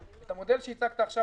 את המודל שהצגת עכשיו,